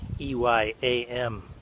E-Y-A-M